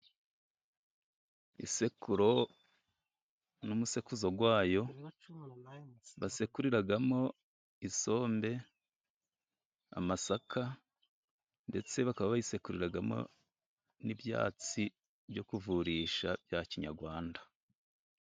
Isekuro n'umusekuzo wayo basekuriramo isombe, amasaka, ndetse bakaba bayisekuriramo n'ibyatsi byo kuvurisha, bya kinyarwanda.